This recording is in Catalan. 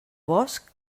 bosc